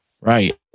Right